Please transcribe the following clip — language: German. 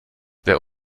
wer